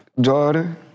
Jordan